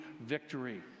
victory